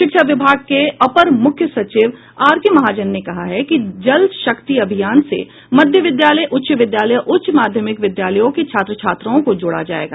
शिक्षा विभाग के अपर मुख्य सचिव आरके महाजन ने कहा है कि जल शक्ति अभियान से मध्य विद्यालय उच्च विद्यालय और उच्च माध्यमिक विद्यालयों के छात्र छात्राओं को जोड़ा जायेगा